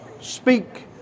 speak